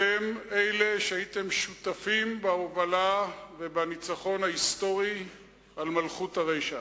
אתם אלה שהייתם שותפים בהובלה ובניצחון ההיסטורי על מלכות הרשע.